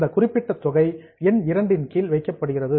அந்த குறிப்பிட்ட தொகை எண் 2 இன் கீழ் வைக்கப்படுகிறது